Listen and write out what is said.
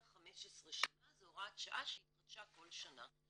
15 שנה זו הוראת שעה שהתחדשה כל שנה.